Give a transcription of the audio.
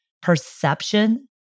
perception